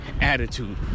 attitude